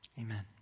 Amen